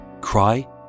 cry